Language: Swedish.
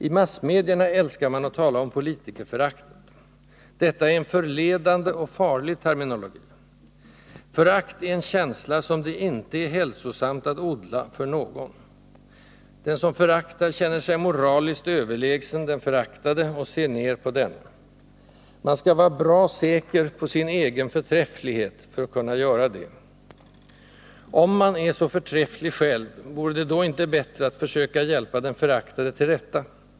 I massmedierna älskar man att tala om ”politikerföraktet”. Detta är en förledande och farlig terminologi. Förakt är en känsla som det inte är hälsosamt att odla för någon. Den som föraktar känner sig moraliskt överlägsen den föraktade och ser ned på denne. Man skall vara bra säker på sin egen förträfflighet för att kunna göra det. Om man är så förträfflig själv, vore det då inte bättre att försöka hjälpa den föraktade till rätta?